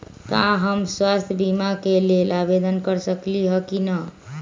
का हम स्वास्थ्य बीमा के लेल आवेदन कर सकली ह की न?